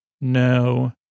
No